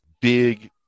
big